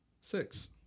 six